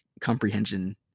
comprehension